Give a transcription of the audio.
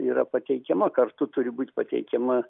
yra pateikiama kartu turi būti pateikiama